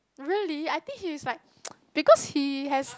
really I think he is like because he has